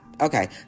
Okay